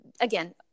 again